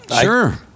Sure